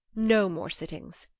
no more sittings!